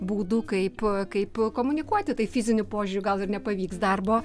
būdų kaip kaip komunikuoti tai fiziniu požiūriu gal ir nepavyks darbo